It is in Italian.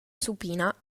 supina